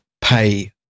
pay